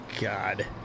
god